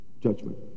judgment